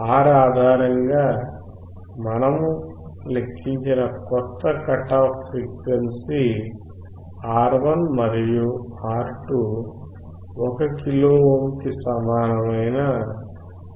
R ఆధారంగా మనము లెక్కించిన కొత్త కట్ ఆఫ్ ఫ్రీక్వెన్సీ R1 మరియు R2 1 కిలో ఓమ్ కు సమానమైన1